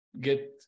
get